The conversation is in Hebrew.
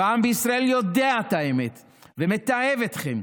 והעם בישראל יודע את האמת ומתעב אתכם.